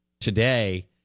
today